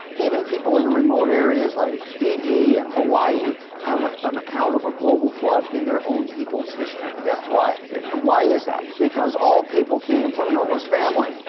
even people in remote areas like fiji and hawaii have an account of a global flood in their own people's history. yeah why why is that? because all people came from noah's family,